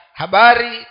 habari